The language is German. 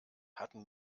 hatten